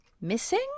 Missing